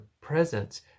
presence